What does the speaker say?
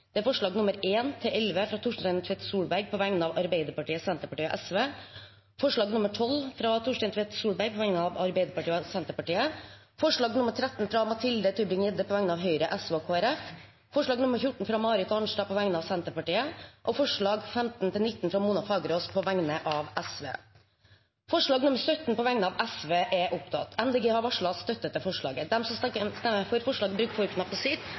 Det er forslagene nr. 1–11, fra Torstein Tvedt Solberg på vegne av Arbeiderpartiet, Senterpartiet og Sosialistisk Venstreparti forslag nr. 12, fra Torstein Tvedt Solberg på vegne av Arbeiderpartiet og Senterpartiet forslag nr. 13, fra Mathilde Tybring-Gjedde på vegne av Høyre, Sosialistisk Venstreparti og Kristelig Folkeparti forslag nr. 14, fra Marit Arnstad på vegne av Senterpartiet forslagene nr. 15–19, fra Mona Fagerås på vegne av Sosialistisk Venstreparti Det voteres over forslag nr. 17, fra Sosialistisk Venstreparti. Forslaget lyder: «Stortinget ber regjeringen legge frem en plan som